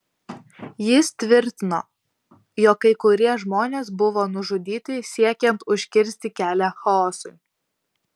jis tvirtino jog kai kurie žmonės buvo nužudyti siekiant užkirsti kelią chaosui